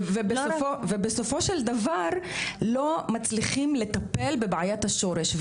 ובסופו של דבר לא מצליחים לטפל בבעיית השורש.